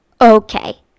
Okay